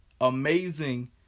amazing